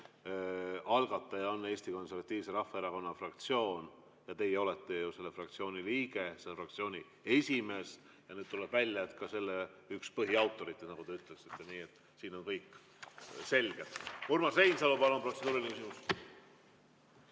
algataja on Eesti Konservatiivse Rahvaerakonna fraktsioon ja teie olete selle fraktsiooni liige, selle fraktsiooni esimees ja nüüd tuleb välja, et ka üks selle eelnõu põhiautoreid, nagu te ütlesite. Nii et siin on kõik selge. Urmas Reinsalu, palun, protseduuriline küsimus!